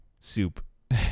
soup